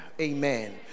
Amen